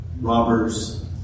robbers